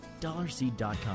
DollarSeed.com